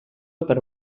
per